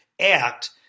act